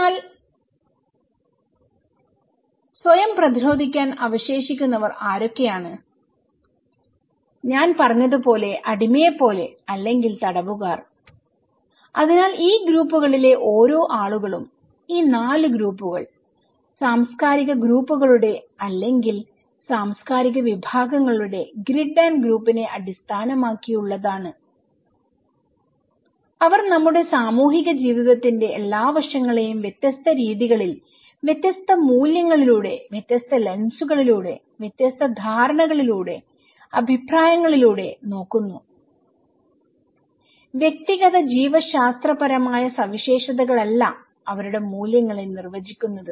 അതിനാൽ സ്വയം പ്രതിരോധിക്കാൻ അവശേഷിക്കുന്നവർ ആരൊക്കെയാണ് ഞാൻ പറഞ്ഞതുപോലെ അടിമയെ പോലെ അല്ലെങ്കിൽ തടവുകാർ അതിനാൽ ഈ ഗ്രൂപ്പുകളിലെ ഓരോ ആളുകളും ഈ 4 ഗ്രൂപ്പുകൾ സാംസ്കാരിക ഗ്രൂപ്പുകളുടെ അല്ലെങ്കിൽ സാംസ്കാരിക വിഭാഗങ്ങളുടെ ഗ്രിഡ് ആൻഡ് ഗ്രൂപ്പിനെ അടിസ്ഥാനമാക്കിയുള്ളതാണ് അവർ നമ്മുടെ സാമൂഹിക ജീവിതത്തിന്റെ എല്ലാ വശങ്ങളെയും വ്യത്യസ്ത രീതികളിൽ വ്യത്യസ്ത മൂല്യങ്ങളിലൂടെ വ്യത്യസ്ത ലെൻസുകളിലൂടെ വ്യത്യസ്ത ധാരണകളിലൂടെ അഭിപ്രായങ്ങളിലൂടെ നോക്കുന്നു വ്യക്തിഗത ജീവശാസ്ത്രപരമായ സവിശേഷതകളല്ല അവരുടെ മൂല്യങ്ങളെ നിർവചിക്കുന്നത്